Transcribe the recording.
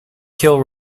kill